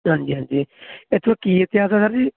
ਹਾਂਜੀ ਹਾਂਜੀ ਇੱਥੋਂ ਕੀ ਇਤਿਹਾਸ ਹੈ ਸਰ ਜੀ